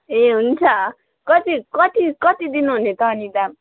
ए हुन्छ कति कति कति दिनुहुने त अनि दाम